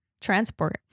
transport